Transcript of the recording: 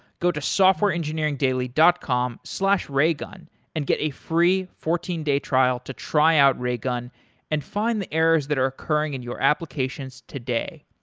go to softwareengineeringdaily dot com slash raygun and get a free fourteen day trial to try out raygun and find the errors that are occurring in your applications today.